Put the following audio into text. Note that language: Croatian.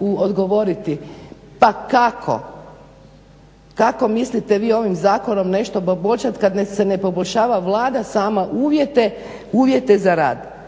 odgovoriti pa kako, kako mislite vi ovim zakonom nešto poboljšati kad ne poboljšava Vlada sama uvjete za rad.